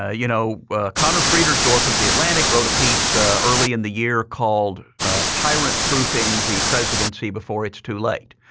ah you know conor friedersdorf of the atlantic wrote a piece ah early in the year called tyrant-proofing the presidency before it's too late.